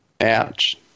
Ouch